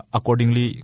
Accordingly